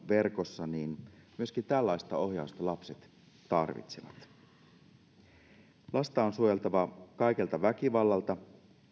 verkossa niin myöskin tällaista ohjausta lapset tarvitsevat lasta on suojeltava kaikelta väkivallalta